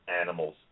animals